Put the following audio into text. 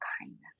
Kindness